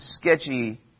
sketchy